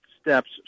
steps